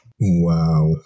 Wow